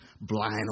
blind